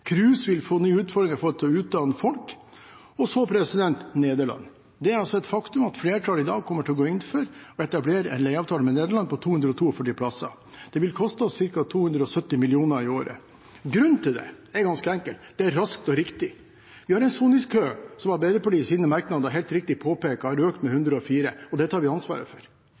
KRUS, Kriminalomsorgens utdanningssenter, vil få nye utfordringer med å utdanne folk. Så Nederland. Det er et faktum at flertallet i dag kommer til å gå inn for å etablere en leieavtale med Nederland på 242 plasser. Det vi koste oss ca. 270 mill. kroner i året. Grunnen til det er ganske enkel: Det er raskt og riktig. Vi har en soningskø som Arbeiderpartiet i sine merknader helt riktig påpeker har økt med